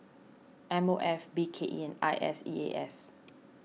M O F B K E and I S E A S